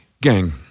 Gang